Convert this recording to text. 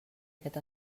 aquest